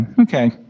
okay